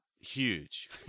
huge